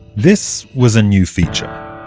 this was a new feature.